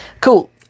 Cool